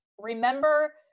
remember